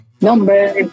number